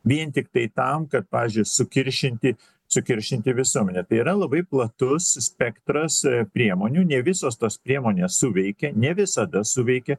vien tiktai tam kad pavyzdžiui sukiršinti sukiršinti visuomenę tai yra labai platus spektras priemonių ne visos tos priemonės suveikia ne visada suveikia